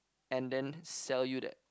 and then sell you that